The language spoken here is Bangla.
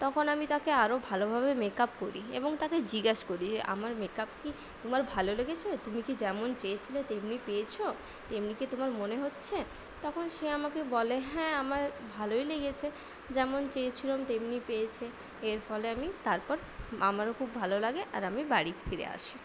তখন আমি তাকে আরও ভালোভাবে মেক আপ করি এবং তাকে জিজ্ঞেস করি আমার মেক আপ কি তোমার ভালো লেগেছে তুমি কি যেমন চেয়েছিলে তেমনি পেয়েছো তেমনি কি তোমার মনে হচ্ছে তখন সে আমাকে বলে হ্যাঁ আমার ভালোই লেগেছে যেমন চেয়েছিলাম তেমনি পেয়েছি এর ফলে আমি তারপর আমারও খুব ভালো লাগে আর আমি বাড়ি ফিরে আসি